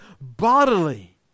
bodily